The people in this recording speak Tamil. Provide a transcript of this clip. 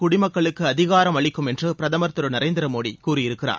குடிமக்களுக்கு அதிகாரமளிக்கும் என்று பிரதமர் திரு நரேந்திர மோடி கூறியிருக்கிறார்